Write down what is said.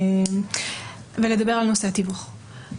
ולדבר על נושא התיווך.